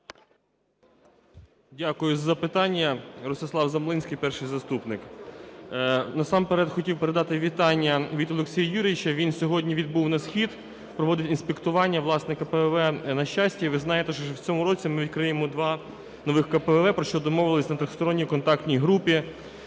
Дякую за запитання. Ростислав Замлинський, перший заступник. Насамперед хотів передати вітання від Олексія Юрійовича, він сьогодні відбув на схід, проводить інспектування, власне, КПВВ на Щасті. Ви знаєте, що в цьому році ми відкриємо два нових КПВВ, про що домовились на Трьохсторонній контактній групі